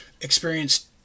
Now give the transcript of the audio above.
experienced